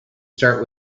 start